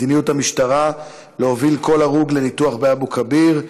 מדיניות המשטרה להוביל כל הרוג לניתוח באבו כביר,